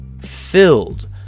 filled